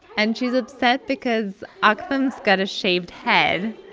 and she's upset because ah aktham's got a shaved head.